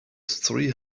three